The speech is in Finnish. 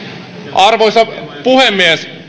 arvoisa puhemies